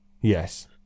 Yes